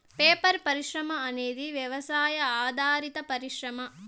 paper పరిశ్రమ అనేది వ్యవసాయ ఆధారిత పరిశ్రమ